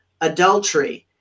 adultery